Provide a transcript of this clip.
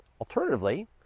Alternatively